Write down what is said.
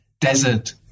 desert